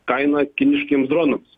kainą kiniškiems dronams